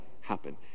happen